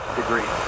degree